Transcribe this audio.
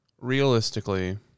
realistically